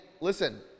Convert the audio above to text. listen